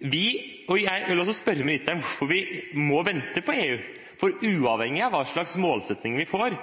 Jeg vil også spørre ministeren om hvorfor vi må vente på EU, for uavhengig av hva slags målsettinger vi får,